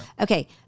Okay